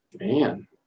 Man